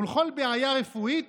ולכל בעיה רפואית